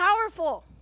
powerful